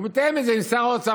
הוא מתאם את זה עם שר האוצר.